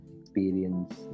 experience